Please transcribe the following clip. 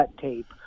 tape